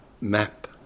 map